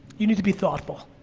you need to be thoughtful.